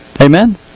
Amen